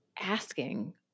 asking